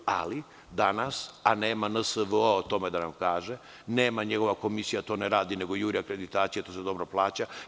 Ali, danas, a nema NSVO o tome da nam kaže, nema, njegova komisija to ne radi, nego juri akreditacije, a to se dobro plaća.